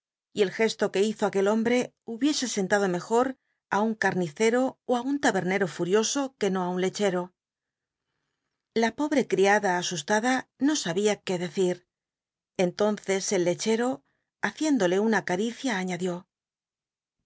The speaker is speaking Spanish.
y el gesto que hizo aquel hombre hubiese sentado mejor á un cal'llicero ó i un tahel'llero ful'ioso que no á un lechero la pobte cl iada asustada no sabia r ué decir entonces el lechero haciéndole una caricia añadió os